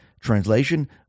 Translation